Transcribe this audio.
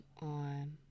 on